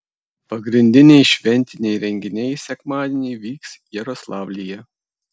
pagrindiniai šventiniai renginiai sekmadienį vyks jaroslavlyje